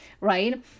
right